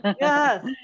Yes